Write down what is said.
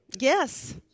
Yes